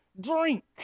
drink